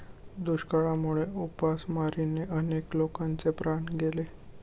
दुष्काळामुळे उपासमारीने अनेक लोकांचे प्राण गेले